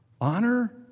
Honor